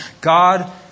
God